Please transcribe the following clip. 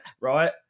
Right